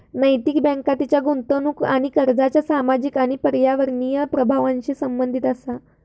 नैतिक बँक तिच्या गुंतवणूक आणि कर्जाच्या सामाजिक आणि पर्यावरणीय प्रभावांशी संबंधित असा